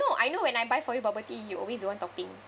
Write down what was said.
know I know when I buy for you bubble tea you always don't want topping